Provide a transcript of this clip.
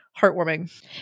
heartwarming